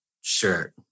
shirt